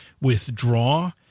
withdraw